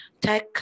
tech